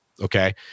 Okay